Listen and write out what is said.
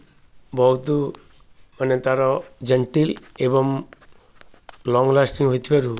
ବହୁତ ମାନେ ତା'ର ଜେଣ୍ଟିଲ୍ ଏବଂ ଲଙ୍ଗ ଲାଷ୍ଟିଂ ହୋଇଥିବାରୁ